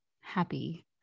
happy